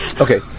Okay